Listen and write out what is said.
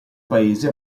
paese